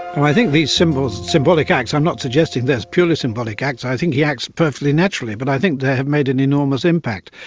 i think these symbolic symbolic acts, i'm not suggesting they are purely symbolic acts, i think he acts perfectly naturally, but i think they have made an enormous impact.